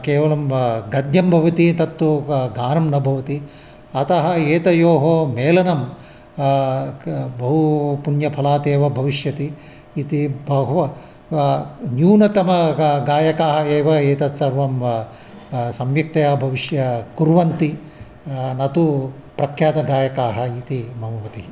केवलं गद्यं भवति तत्तु ग गानं न भवति अतः एतयोः मेलनं क बहु पुण्यफलात् एव भविष्यति इति बहु न्यूनतमाः गायकाः एव एतत् सर्वं सम्यक्तया भविष्य कुर्वन्ति न तु प्रख्यातगायकाः इति मम मतिः